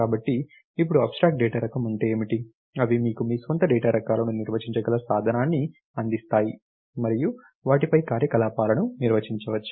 కాబట్టి ఇప్పుడు abstract data రకం అంటే ఏమిటి అవి మీకు మీ స్వంత డేటా రకాలను నిర్వచించగల సాధనాన్ని అందిస్తాయి మరియు వాటిపై కార్యకలాపాలను నిర్వచించవచ్చు